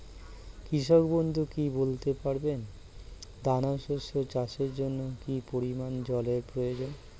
কৃষক বন্ধু কি বলতে পারবেন দানা শস্য চাষের জন্য কি পরিমান জলের প্রয়োজন?